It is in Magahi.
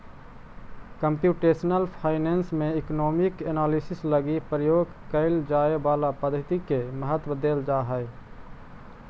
कंप्यूटेशनल फाइनेंस में इकोनामिक एनालिसिस लगी प्रयोग कैल जाए वाला पद्धति के महत्व देल जा हई